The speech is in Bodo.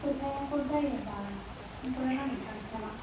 खोथाया गद जायोबा समफोरहा लागैनो थांनोसै नामा